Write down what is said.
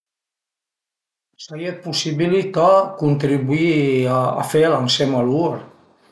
S'a ie dë pusibilità cuntribuì a fela ënsema a lur